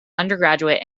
undergraduate